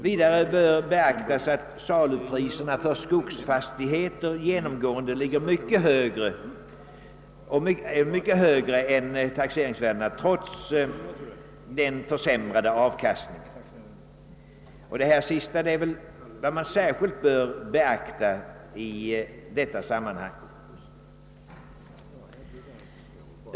Vidare bör man tänka på att salupriserna för skogsfastigheter genomgående är mycket högre än taxeringsvärdena trots den försämrade avkastningen. Det sista bör särskilt be aktas i detta sammanhang.